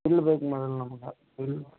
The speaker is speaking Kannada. ಬಿಲ್ ಬೇಕು ಮೊದಲು ನಮ್ಗೆ ಬಿಲ್